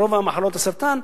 ברוב מחלות הסרטן,